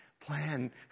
plan